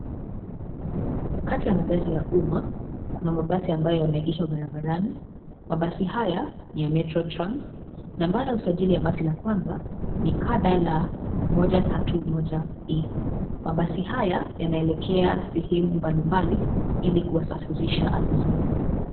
Kati ya magari ya umma, kuna mabasi ambayo yameegeshwa barabarani. Mabasi haya, ni ya Metro Trans, nambari ya usajili ya basi la kwanza ni KDL 131E.Mabasi haya yanaelekea sehemu mbalimbali ili kuwasafirisha abiria.